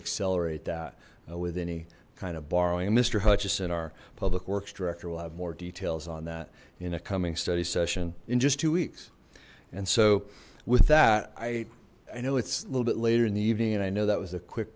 accelerate that with any kind of borrowing mister hutchison our public works director will have more details on that in a coming study session in just two weeks and so with that i i know it's a little bit later in the evening and i know that was a quick